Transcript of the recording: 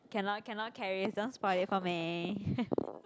cannot cannot Charis don't spoil it for me